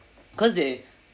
cause they